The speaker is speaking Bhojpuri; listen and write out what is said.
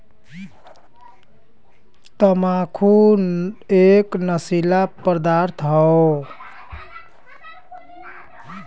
तम्बाकू एक नसीला पदार्थ हौ